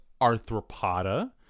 Arthropoda